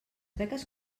beques